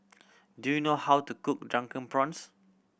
do you know how to cook Drunken Prawns